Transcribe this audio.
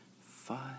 five